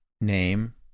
name